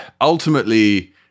ultimately